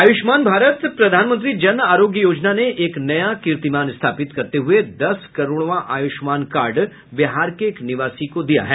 आयूष्मान भारत प्रधानमंत्री जन आरोग्य योजना ने एक नया कीर्तिमान स्थापित करते हुए दस करोड़वां आयुष्मान कार्ड बिहार के एक निवासी को दिया है